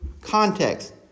context